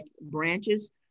branches